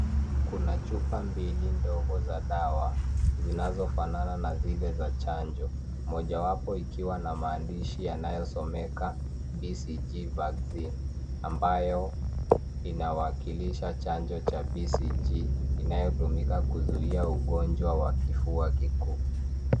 Kuna chupa mbili ndogo za dawa zinazofanana na zile za chanjo, mojawapo ikiwa na maandishi yanayosomeka 'BCG vaccine' ambayo inawakilisha chanjo cha BCG inayotumika kuzuia ugonjwa wa kifua kikuu.